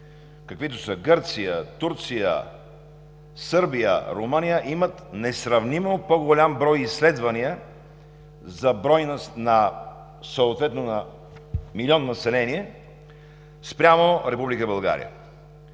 каквито са Гърция, Турция, Сърбия, Румъния, имат несравнимо по голям брой изследвания съответно на милион население спрямо Република България.